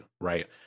right